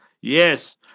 Yes